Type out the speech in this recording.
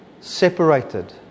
separated